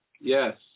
Yes